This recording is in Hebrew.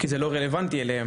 כי זה לא רלוונטי לגביהם.